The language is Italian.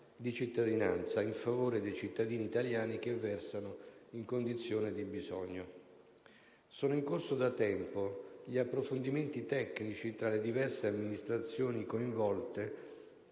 di cittadinanza, in favore dei cittadini italiani che versano in condizione di bisogno. Sono in corso da tempo gli approfondimenti tecnici tra le diverse amministrazioni coinvolte